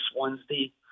Wednesday